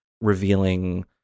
revealing